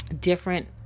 different